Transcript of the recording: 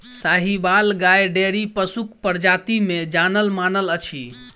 साहिबाल गाय डेयरी पशुक प्रजाति मे जानल मानल अछि